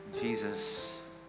Jesus